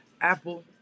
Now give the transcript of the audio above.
Apple